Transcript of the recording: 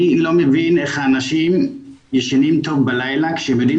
אני לא מבין איך האנשים ישנים טוב בלילה כשהם יודעים